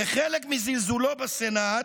כחלק מזלזולו בסנאט,